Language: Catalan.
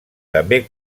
també